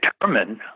Determine